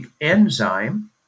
enzyme